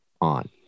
on